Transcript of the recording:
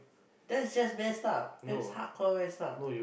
that's just messed up that's hardcore messed up